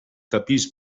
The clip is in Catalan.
tapís